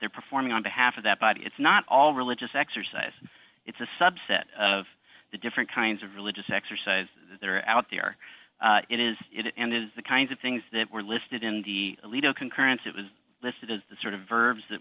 they're performing on behalf of that body it's not all religious exercise it's a subset of the different kinds of religious exercise that are out there it is the kinds of things that were listed in the alito concurrence it was listed as the sort of verbs that